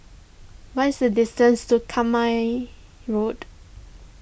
once the distance to Rambai Road